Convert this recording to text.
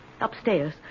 Upstairs